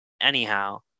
anyhow